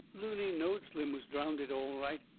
looney knowed slim was drownded all right,